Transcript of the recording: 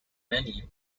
many